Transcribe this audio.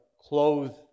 clothed